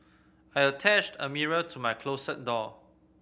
I'll attached a mirror to my closet door